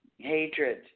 Hatred